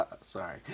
sorry